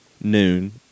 noon